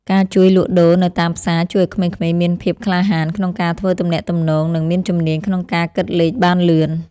ការជួយលក់ដូរនៅតាមផ្សារជួយឱ្យក្មេងៗមានភាពក្លាហានក្នុងការធ្វើទំនាក់ទំនងនិងមានជំនាញក្នុងការគិតលេខបានលឿន។